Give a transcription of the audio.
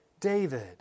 David